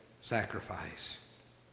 sacrifice